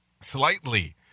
slightly